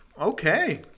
okay